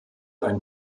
ein